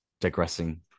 digressing